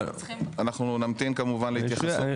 אנחנו נמתין כמובן להתייחסות.